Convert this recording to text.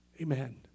Amen